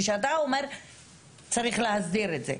כשאתה אומר צריך להסדיר את זה,